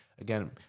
again